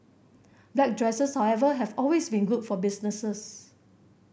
black dresses however have always been good for business